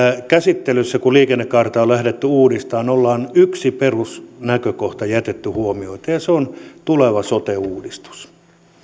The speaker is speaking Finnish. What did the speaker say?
käsittelyssä kun liikennekaarta on lähdetty uudistamaan on yksi perusnäkökohta jätetty huomiotta ja se on tuleva sote uudistus